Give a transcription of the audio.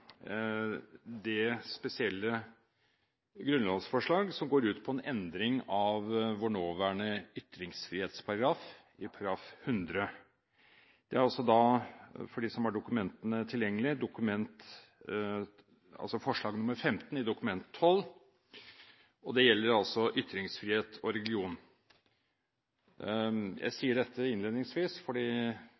det spesielle grunnlovsforslag som går ut på en endring av vår nåværende ytringsfrihetsparagraf, § 100. Det er – for dem som har dokumentene tilgjengelig – grunnlovsforslag 15 i Dokument 12:15 , og det gjelder ytringsfrihet og religion. Jeg sier dette innledningsvis fordi